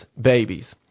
babies